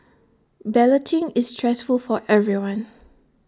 balloting is stressful for everyone